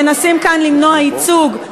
מנסים כאן למנוע ייצוג,